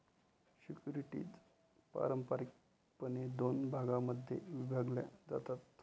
securities पारंपारिकपणे दोन भागांमध्ये विभागल्या जातात